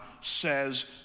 says